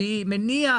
אני מניח